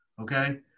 okay